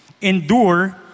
endure